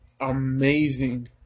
amazing